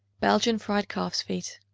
belgian fried calf's feet.